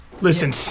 Listen